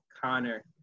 Connor